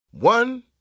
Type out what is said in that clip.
One